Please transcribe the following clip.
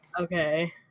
Okay